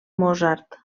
mozart